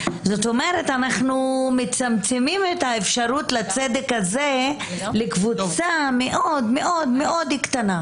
זאת אומרת שאנחנו מצמצמים את האפשרות לצדק הזה לקבוצה מאוד מאוד קטנה.